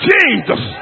Jesus